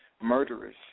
murderers